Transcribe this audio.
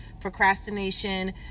procrastination